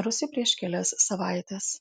mirusį prieš kelias savaites